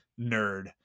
nerd